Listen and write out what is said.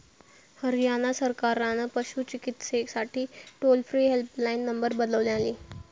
हरयाणा सरकारान पशू चिकित्सेसाठी टोल फ्री हेल्पलाईन नंबर बनवल्यानी